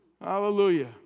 Hallelujah